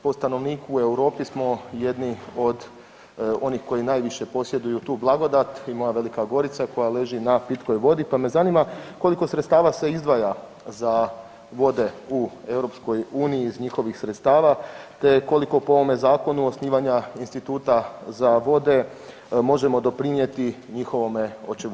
Po stanovniku u Europi smo jedni od onih koji najviše posjeduju tu blagodat i moja Velika Gorica koja leži na pitkoj vodi pa me zanima koliko sredstava se izdvaja za vode u EU iz njihovih sredstava te koliko po ovome zakonu osnivanja Instituta za vode možemo doprinijeti njihovome očuvanju?